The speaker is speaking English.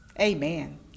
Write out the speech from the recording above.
Amen